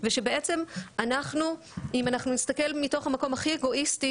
ושבעצם אם אנחנו נסתכל מתוך המקום הכי אגואיסטי